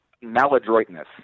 maladroitness